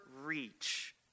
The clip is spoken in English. reach